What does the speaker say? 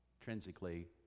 intrinsically